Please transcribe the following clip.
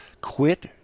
quit